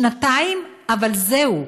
שנתיים, אבל זהו,